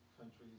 countries